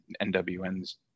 NWN's